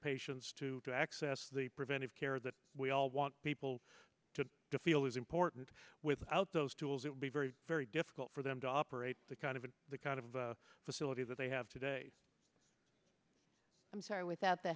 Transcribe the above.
to to access the preventive care that we all want people to feel is important without those tools it would be very very difficult for them to operate the kind of the kind of facility that they have today i'm sorry without the